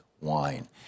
Wine